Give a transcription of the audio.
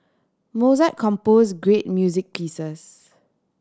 Mozart compose great music pieces